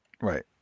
Right